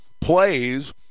plays